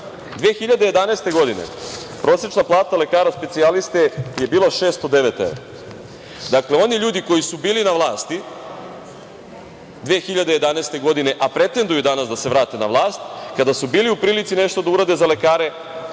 2011. godine prosečna lekara specijaliste je bila 609 evra. Dakle, oni ljudi koji su bili na vlasti 2011. godine, a pretenduju danas da se vrate na vlast, kada su bili u prilici nešto da urade za lekare